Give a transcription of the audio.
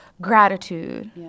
gratitude